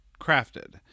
crafted